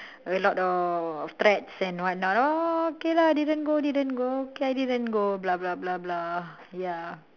a lot of threats and what not uh okay lah didn't didn't go okay I did not go blah blah blah blah ya